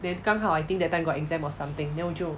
then 刚好 I think that time got exam or something then 我就